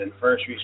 first